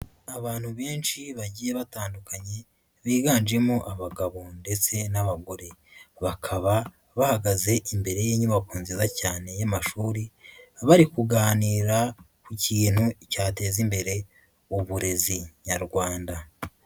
Abantu benshi bagiye batandukanye biganjemo abagabo ndetse n'abagore. Bakaba bahagaze imbere y'inyubako nziza cyane y'amashuri, bari kuganira ku kintu cyateza imbere uburezi nyarwanda.